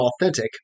authentic